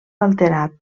alterat